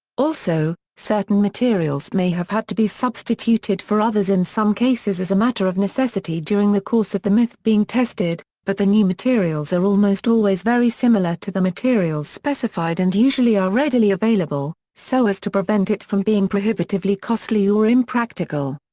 also, certain materials may have had to be substituted for others in some cases as a matter of necessity during the course of the myth being tested, but the new materials are almost always very similar to the materials specified and usually are readily available, so as to prevent it from being prohibitively costly or impractical.